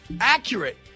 accurate